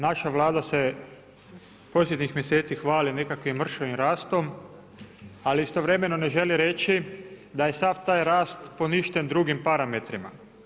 Naša Vlada se posljednjih mjeseci hvali nekakvim mršavim rastom, ali istovremeno ne želi reći da je sav taj rast poništen drugim parametrima.